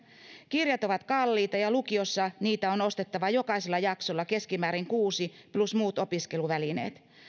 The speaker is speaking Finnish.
kirjat ovat kalliita ja lukiossa niitä on ostettava jokaisella jaksolla keskimäärin kuusi plus muut opiskeluvälineet